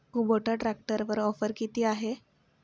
Kubota ट्रॅक्टरवर offer किती आहे?